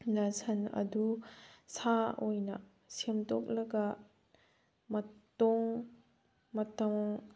ꯅ ꯁꯟ ꯑꯗꯨ ꯁꯥ ꯑꯣꯏꯅ ꯁꯦꯝꯗꯣꯛꯂꯒ ꯃꯇꯣꯡ